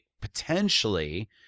potentially